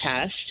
test